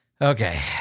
Okay